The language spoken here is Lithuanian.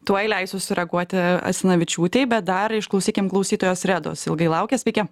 tuoj leisiu sureaguoti asanavičiūtei bet dar išklausykim klausytojos redos ilgai laukė sveiki